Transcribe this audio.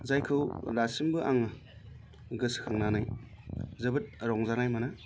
जायखौ दासिमबो आङो गोसोखांनानै जोबोद रंजानाय मोनो